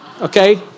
okay